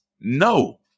no